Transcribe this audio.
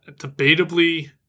Debatably